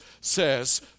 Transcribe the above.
says